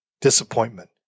disappointment